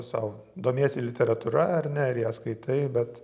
sau domiesi literatūra ar ne ir ją skaitai bet